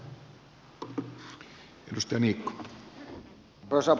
arvoisa puhemies